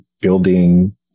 building